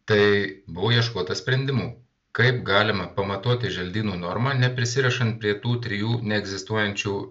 tai buvo ieškota sprendimų kaip galima pamatuoti želdynų normą neprisirišant prie tų trijų neegzistuojančių